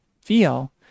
feel